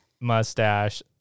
mustache